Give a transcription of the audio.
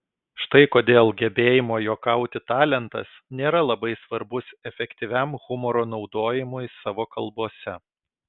štai kodėl gebėjimo juokauti talentas nėra labai svarbus efektyviam humoro naudojimui savo kalbose